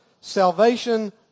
Salvation